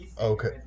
Okay